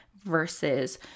versus